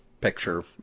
Picture